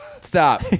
Stop